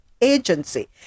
agency